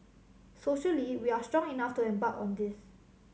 socially we are strong enough to embark on this